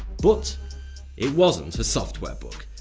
but it wasn't a software bug,